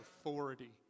authority